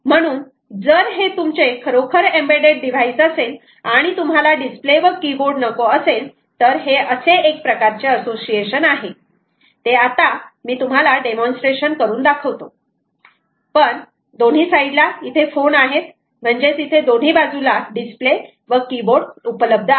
म्हणून जर हे तुमचे खरोखर एम्बेड्डेड डिव्हाईस असेल आणि तुम्हाला डिस्प्ले व कीबोर्ड नको असेल तर हे असे एक प्रकारचे असोसिएशन आहे ते आता मी तुम्हाला डेमॉन्स्ट्रेशन करून दाखवतो पण दोन्ही साईडला इथे फोन आहेत म्हणजेच इथे दोन्ही बाजूला डिस्प्ले व कीबोर्ड उपलब्ध आहेत